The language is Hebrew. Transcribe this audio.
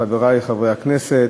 חברי חברי הכנסת,